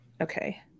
Okay